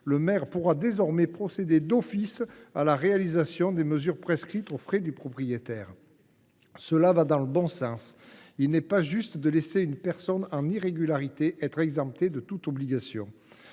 le maire pourra désormais procéder d’office à la réalisation des mesures prescrites aux frais du propriétaire. Cela va dans le bon sens : il n’est pas juste de laisser une personne en irrégularité exemptée de toute obligation.